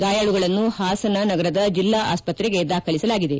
ಗಾಯಾಳುಗಳನ್ನು ಹಾಸನ ನಗರದ ಜಿಲ್ಲಾ ಆಸ್ಪತ್ರೆಗೆ ದಾಖಲಿಸಲಾಗಿದೆ